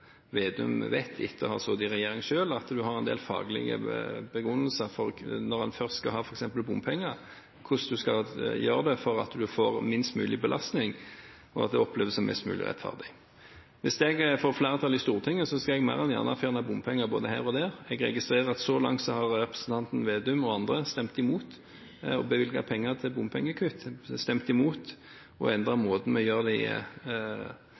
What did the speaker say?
Vedum vet etter å ha sittet i regjering selv, at en har en del faglige begrunnelser for, når en først skal ha f.eks. bompenger, hvordan man skal gjøre det slik at en får minst mulig belastning og at det oppleves som mest mulig rettferdig. Hvis jeg får flertall i Stortinget, skal jeg mer enn gjerne fjerne bompenger både her og der. Jeg registrerer at så langt har representanten Slagsvold Vedum og andre stemt imot å bevilge penger til bompengekutt og stemt imot bompengereformen vi la fram. Men vi føler selv, og